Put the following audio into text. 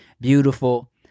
beautiful